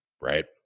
right